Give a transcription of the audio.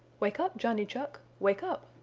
wake up johnny chuck! wake up!